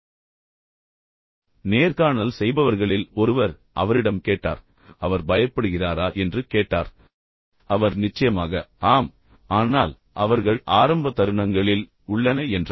எனவே நேர்காணல் செய்பவர்களில் ஒருவர் அவரிடம் கேட்டார் அவர் பயப்படுகிறாரா என்று கேட்டார் அவர் நிச்சயமாக ஆம் ஆனால் அவர்கள் ஆரம்ப தருணங்களில் உள்ளன என்றார்